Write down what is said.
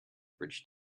bridge